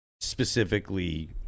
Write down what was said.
specifically